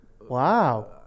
Wow